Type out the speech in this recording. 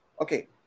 okay